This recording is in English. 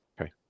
Okay